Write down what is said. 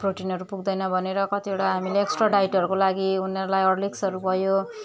प्रोटिनहरू पुग्दैन भनेर कतिवटा हामीले एक्सट्रा डाइटहरूको लागि उनीहरूलाई हरलिक्सहरू भयो